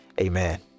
Amen